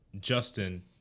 Justin